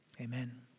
Amen